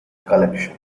collection